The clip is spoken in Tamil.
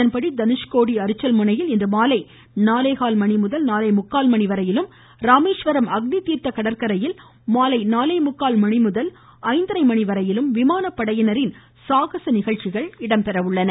இதன்படி தனுஷ்கோடி அரிச்சல்முனையில் இன்றுமாலை நாலேகால் மணிமுதல் நாலேமுக்கால் மணிவரையிலும் ராமேஸ்வரம் அக்னிதீர்த்த கடற்கரையில் மாலை நாலேமுக்கால் மணிமுதல் ஐந்தரை மணிவரை விமானப்படையினரின் சாகச நிகழ்ச்சிகள் நடைபெறவுள்ளன